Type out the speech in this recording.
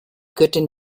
göttin